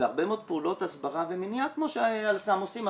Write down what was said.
והרבה מאוד פעולות הסברה ומניעה כמו ש"אל סם" עושים,